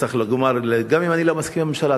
גם אם אני לא מסכים עם הממשלה,